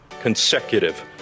consecutive